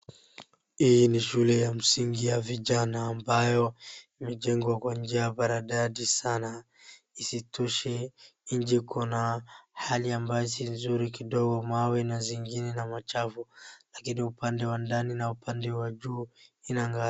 Hii ni shule ya msingi ya vijana ambayo imejengwa kwa njia maridadi sana isitoshe nje kuna hali ambayo si nzuri kidogo mawe na zingine na machafu lakini upande wa ndani na upande wa juu inang'aa.